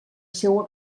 seua